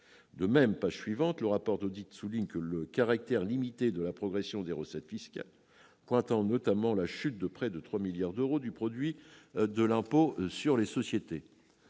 De même, page suivante, le rapport d'audit souligne le caractère limité de la progression des recettes fiscales, pointant notamment la chute de près de 3 milliards d'euros du produit de l'impôt sur les sociétés.